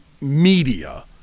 media